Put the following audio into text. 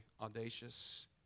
audacious